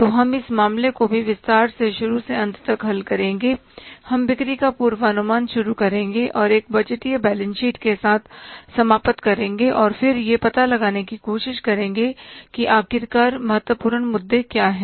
तो हम इस मामले को भी विस्तार से शुरू से अंत तक हल करेंगे हम बिक्री का पूर्वानुमान शुरू करेंगे और एक बजटीय बैलेंस शीट के साथ समाप्त करेंगे और फिर हम यह पता लगाने की कोशिश करेंगे कि आखिरकार महत्वपूर्ण मुद्दे क्या हैं